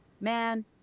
Man